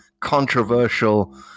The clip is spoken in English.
controversial